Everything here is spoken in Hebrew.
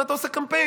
מה אתה עושה קמפיין?